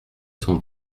cent